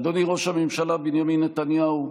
אדוני ראש הממשלה בנימין נתניהו,